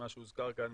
מה שהוזכר כאן,